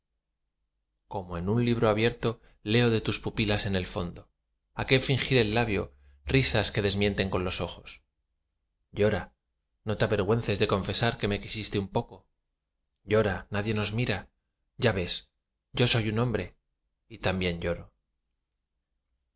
como en un libro abierto leo de tus pupilas en el fondo á qué fingir el labio risas que se desmienten con los ojos llora no te avergüences de confesar que me quisiste un poco llora nadie nos mira ya ves yo soy un hombre y también lloro